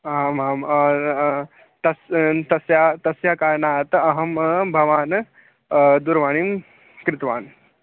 आम् आम् तस् तस्य तस्य कारणात् अहं भवान् दूरवाणीं कृतवान्